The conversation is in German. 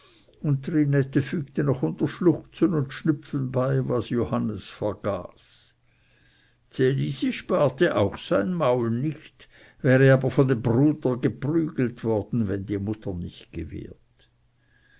noch unter schluchzen und schnüpfen bei was johannes vergaß ds elisi sparte auch sein maul nicht wäre aber von dem bruder geprügelt worden wenn die mutter nicht gewehrt